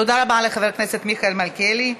תודה רבה לחבר הכנסת מיכאל מלכיאלי.